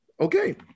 Okay